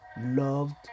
loved